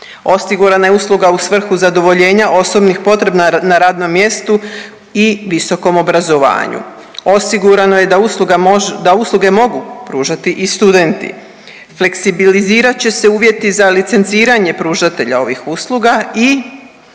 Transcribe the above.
Osigurana je usluga u svrhu zadovoljenja osobnih potreba na radnom mjestu i visokom obrazovanju. Osigurano je da usluge mogu pružati i studenti. Fleksibilizirat će se uvjeti za licenciranje pružatelja ovih usluga i